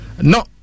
No